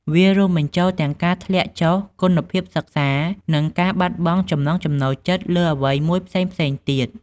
វារួមបញ្ចូលទាំងការធ្លាក់ចុះគុណភាពសិក្សា និងការបាត់បង់ចំណង់ចំណូលចិត្តលើអ្វីមួយផ្សេងៗទៀត។